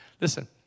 Listen